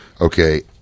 okay